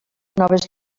noves